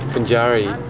binjari